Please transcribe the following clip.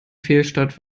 fehlstart